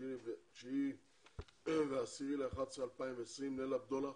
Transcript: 9 ו-10 בנובמבר 2020 ליל הבדולח